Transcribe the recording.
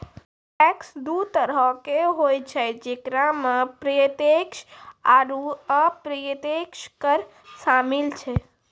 tax दु तरहो के होय छै जेकरा मे प्रत्यक्ष आरू अप्रत्यक्ष कर शामिल छै